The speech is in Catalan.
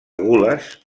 gules